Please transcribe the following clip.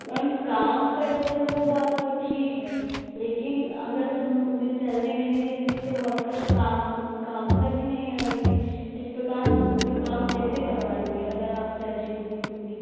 ma'am काम करते हैं वह बात तो ठीक है लेकिन अगर हम उन्हें सैलरी नहीं देंगे तो वर्कर्स काम काम पर ही नहीं आएँगे इस प्रकार हम उन से काम कैसे करवाएँगे अगर आप सैलरी नहीं देंगे तो